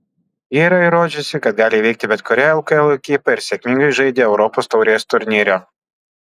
ji yra įrodžiusi kad gali įveikti bet kurią lkl ekipą ir sėkmingai žaidė europos taurės turnyre